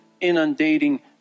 inundating